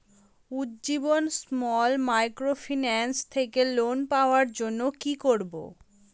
Ujjivan small microfinance থেকে loan পাওয়ার জন্য কি করব?